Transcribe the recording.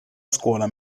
scuola